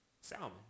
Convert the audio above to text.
Salmon